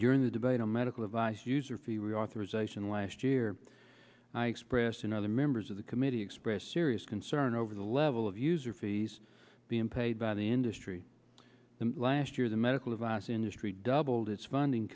during the debate on medical advice user fee reauthorization last year i expressed and other members of the committee expressed serious concern over the level of user fees being paid by the industry last year the medical device industry doubled its funding